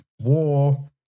war